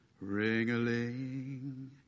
Ring-a-ling